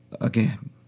again